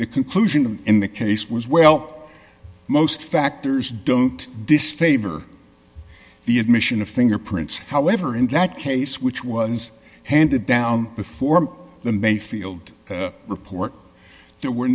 the conclusion in the case was well most factors don't disfavor the admission of fingerprints however in that case which was handed down before the mayfield report there were